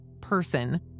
person